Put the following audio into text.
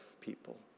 people